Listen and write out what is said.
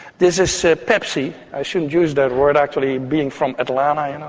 this is so pepsi. i shouldn't use that word actually, being from atlanta, you know,